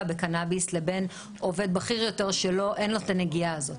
בקנאביס ובין עובד בכיר יותר שאין לו את הנגיעה הזאת.